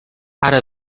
ara